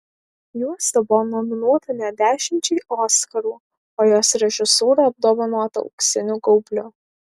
juosta buvo nominuota net dešimčiai oskarų o jos režisūra apdovanota auksiniu gaubliu